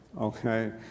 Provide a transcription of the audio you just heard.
okay